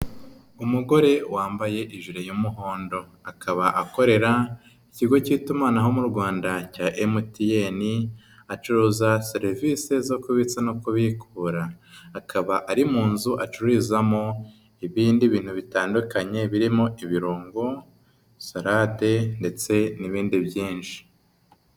Umugore wambaye ijire y'umuhondo akaba akorera ikigo cy'itumanaho mu Rwanda cya MTN, acuruza serivisi zo kubitsa no kubikura, akaba ari mu nzu acururizamo ibindi bintu bitandukanye birimo ibirungo, salade ndetse n'ibindi byinshi.